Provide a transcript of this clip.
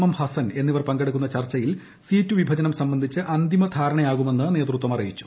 M Hassan എന്നിവർ പങ്കെടുക്കുന്ന ചർച്ചയിൽ സീറ്റു വിഭജനം സംബന്ധിച്ച് അന്തിമധാരണ രൂപീകരിക്കുമെന്ന് നേതൃത്വം അറിയിച്ചു